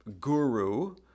guru